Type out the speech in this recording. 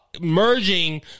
merging